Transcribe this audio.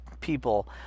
people